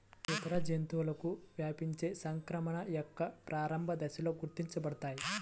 ఇతర జంతువులకు వ్యాపించే సంక్రమణ యొక్క ప్రారంభ దశలలో గుర్తించబడతాయి